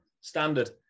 Standard